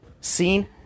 seen